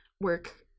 work